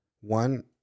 one